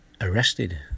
arrested